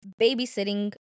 babysitting